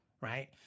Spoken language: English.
right